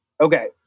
Okay